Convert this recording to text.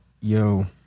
Yo